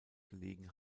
gelegen